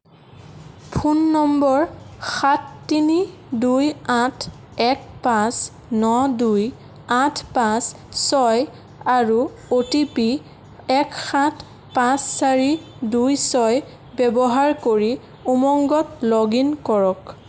phone number সাত তিনি দুই আঠ এক পাঁচ ন দুই আঠ পাঁচ ছয় আৰু অ' টি পি এক সাত পাঁচ চাৰি দুই ছয় ব্যৱহাৰ কৰি উমংগত লগ ইন কৰক